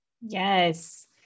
Yes